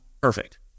Perfect